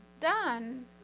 done